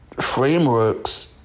frameworks